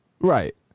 Right